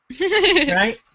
Right